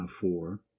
four